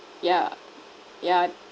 ya ya